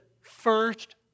first